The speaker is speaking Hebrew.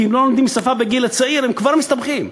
כי אם לא לומדים שפה בגיל צעיר הם כבר מסתבכים.